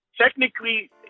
technically